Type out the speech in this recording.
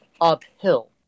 Uphill